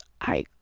I-